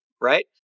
Right